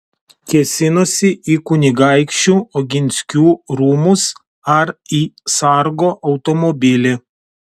kėsinosi į kunigaikščių oginskių rūmus ar į sargo automobilį